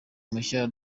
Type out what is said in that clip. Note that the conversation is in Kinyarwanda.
mushya